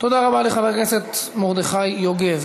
תודה רבה לחבר הכנסת מרדכי יוגב.